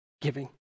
giving